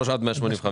185,